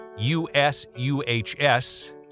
usuhs